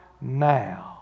now